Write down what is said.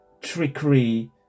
trickery